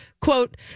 quote